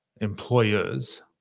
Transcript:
employers